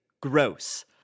gross